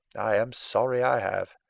i am sorry i have.